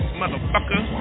motherfucker